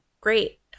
Great